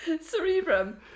Cerebrum